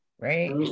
Right